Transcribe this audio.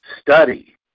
study